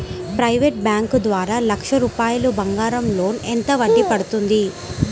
Private bank ద్వారా లక్ష రూపాయలు బంగారం లోన్ ఎంత వడ్డీ పడుతుంది?